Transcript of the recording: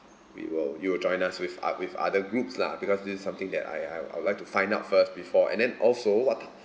we will you will join us with with other groups lah because this is something that I uh I'd I would like to find out first before and then also what